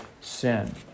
sin